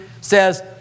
says